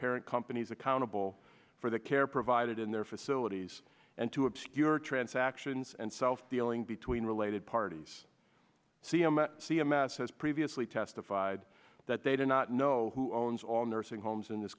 parent companies accountable for the care provided in their facilities and to obscure transactions and self dealing between related parties c m a c m s has previously testified that they do not know who owns all nursing homes in this